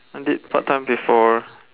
I did part time before